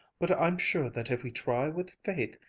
but i'm sure that if we try with faith,